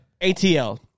ATL